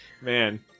Man